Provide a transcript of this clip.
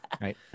right